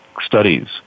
studies